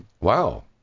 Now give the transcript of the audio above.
Wow